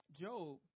Job